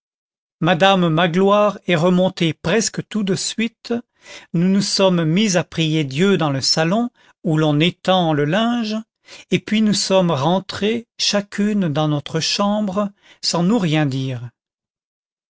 madame magloire est remontée presque tout de suite nous nous sommes mises à prier dieu dans le salon où l'on étend le linge et puis nous sommes rentrées chacune dans notre chambre sans nous rien dire